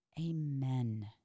Amen